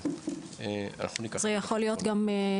אני להגיד לך את האמת,